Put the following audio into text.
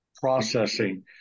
processing